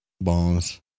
Bones